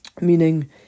meaning